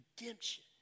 Redemption